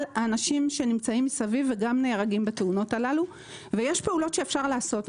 האנשים שנמצאים סביב וגם נהרגים בתאונות הללו ויש פעולות שאפשר לעשות.